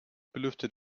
belüftet